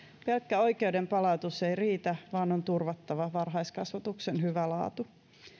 pelkkä oikeuden palautus ei riitä vaan on turvattava varhaiskasvatuksen hyvä laatu